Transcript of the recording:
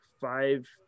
five